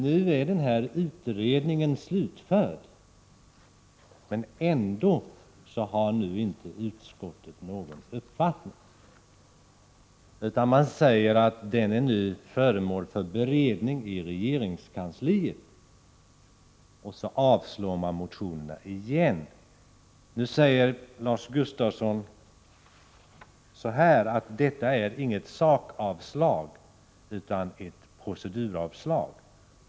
Nu är utredningen slutförd, men utskottet har ändå ingen uppfattning. Nu säger man att utredningen är föremål för beredning i regeringskansliet, och så avstyrks motionerna även den här gången. Lars Gustafsson säger att detta är inget sakavslag utan ett proceduravslag.